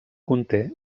conté